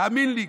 תאמין לי,